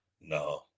No